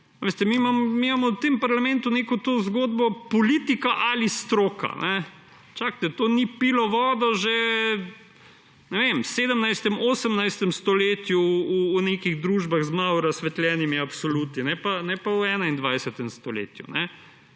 Veste, mi imamo v tem parlamentu neko to zgodbo: politika ali stroka. Čakajte, to ni pilo vodo že v 17., 18. stoletju v nekih družbah z malo razsvetljenimi absoluti, ne pa v 21. stoletju.